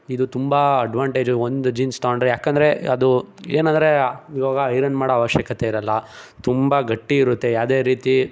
ಇದು ತುಂಬ ಅಡ್ವಾಂಟೇಜು ಒಂದು ಜೀನ್ಸ್ ತೊಗೊಂಡ್ರೆ ಯಾಕಂದರೆ ಅದು ಏನಂದರೆ ಇವಾಗ ಐರನ್ ಮಾಡೋ ಅವಶ್ಯಕತೆ ಇರೋಲ್ಲ ತುಂಬ ಗಟ್ಟಿ ಇರುತ್ತೆ ಯಾವ್ದೇ ರೀತಿ